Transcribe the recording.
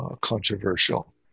controversial